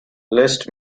list